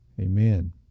Amen